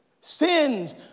sins